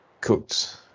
cooked